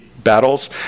battles